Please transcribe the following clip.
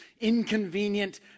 inconvenient